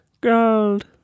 Gold